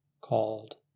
called